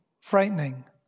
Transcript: frightening